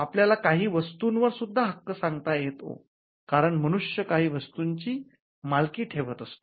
आपल्याला काही वस्तूंवर सुद्धा हक्क सांगता येतो कारण मनुष्य काही वस्तूंची मालकी ठेवत असतो